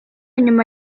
nyuma